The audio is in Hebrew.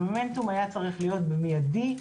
המומנטום היה צריך להיות במיידי.